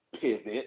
pivot